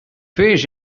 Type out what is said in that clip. fish